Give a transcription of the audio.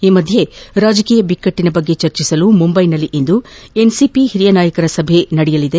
ಈ ಮಧ್ಯೆ ರಾಜಕೀಯ ಬಿಕ್ಕಟ್ಟು ಕುರಿತಂತೆ ಚರ್ಚಿಸಲು ಮುಂಬೈನಲ್ಲಿ ಇಂದು ಎನ್ಸಿಪಿ ಹಿರಿಯ ನಾಯಕರ ಸಭೆ ನಡೆಯಲಿದೆ